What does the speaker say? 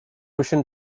vision